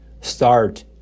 start